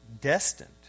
destined